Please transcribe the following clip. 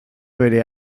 bere